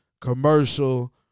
commercial